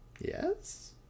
Yes